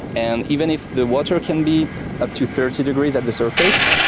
and even if the water can be up to thirty degrees at the surface,